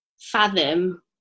fathom